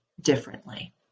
differently